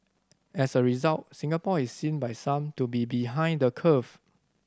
as a result Singapore is seen by some to be behind the curve